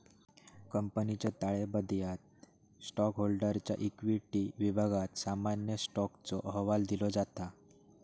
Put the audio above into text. कंपनीच्या ताळेबंदयात स्टॉकहोल्डरच्या इक्विटी विभागात सामान्य स्टॉकचो अहवाल दिलो जाता